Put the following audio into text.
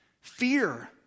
fear